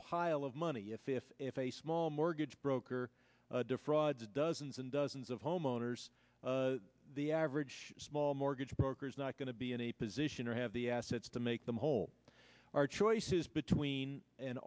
pile of money if if if a small mortgage broker defraud to dozens and dozens of homeowners the average small mortgage brokers not going to be in a position or have the assets to make them whole are choices between an